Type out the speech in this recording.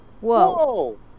Whoa